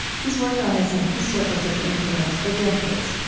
he's worked on this in his circles of influence for decades,